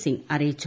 സിംഗ് അറിയിച്ചു